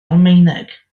almaeneg